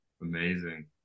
Amazing